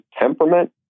temperament